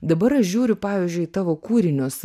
dabar aš žiūriu pavyzdžiui į tavo kūrinius